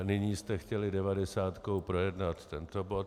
Nyní jste chtěli devadesátkou projednat tento bod.